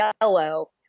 yellow